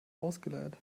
ausgeleiert